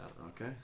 okay